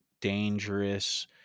dangerous